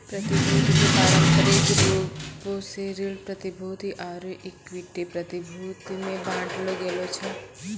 प्रतिभूति के पारंपरिक रूपो से ऋण प्रतिभूति आरु इक्विटी प्रतिभूति मे बांटलो गेलो छै